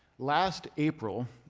last april,